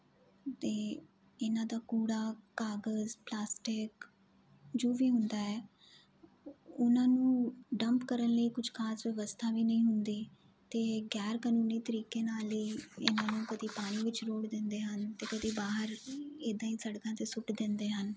ਅਤੇ ਇਹਨਾਂ ਦਾ ਕੂੜਾ ਕਾਗਜ਼ ਪਲਾਸਟਿਕ ਜੋ ਵੀ ਹੁੰਦਾ ਹੈ ਉਹਨਾਂ ਨੂੰ ਡੰਪ ਕਰਨ ਲਈ ਕੁਛ ਖਾਸ ਵਿਵਸਥਾ ਵੀ ਨਹੀਂ ਹੁੰਦੀ ਅਤੇ ਗੈਰ ਕਾਨੂੰਨੀ ਤਰੀਕੇ ਨਾਲ ਹੀ ਇਹਨਾਂ ਨੂੰ ਕਦੀ ਪਾਣੀ ਵਿੱਚ ਰੋੜ ਦਿੰਦੇ ਹਨ ਅਤੇ ਕਦੀ ਬਾਹਰ ਇੱਦਾਂ ਹੀ ਸੜਕਾਂ 'ਤੇ ਸੁੱਟ ਦਿੰਦੇ ਹਨ